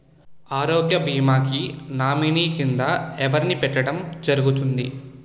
ఆరోగ్య భీమా కి నామినీ కిందా ఎవరిని పెట్టడం జరుగతుంది?